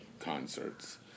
concerts